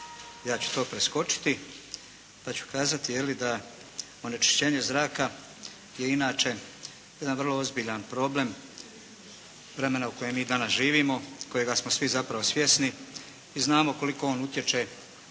Ja ću to preskočiti pa ću kazati da onečišćenje zraka je inače jedan vrlo ozbiljan problem vremena u kojem mi danas živimo, kojega smo svi zapravo svjesni i znamo koliko on utječe